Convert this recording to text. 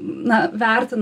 na vertina